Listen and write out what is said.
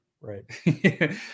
right